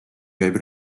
käib